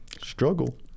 Struggle